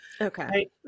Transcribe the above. Okay